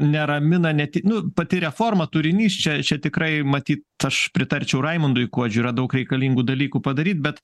neramina ne tik nu pati reforma turinys čia čia tikrai matyt aš pritarčiau raimundui kuodžiui yra daug reikalingų dalykų padaryt bet